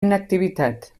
inactivitat